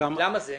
למה זה?